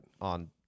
on